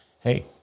hey